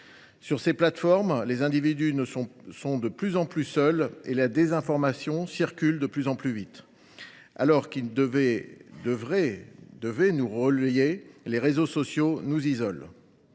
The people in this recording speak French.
Sur ces plateformes, les individus sont de plus en plus seuls et la désinformation y circule de plus en plus vite. Alors qu’ils devaient nous lier les uns aux autres, les réseaux sociaux nous isolent.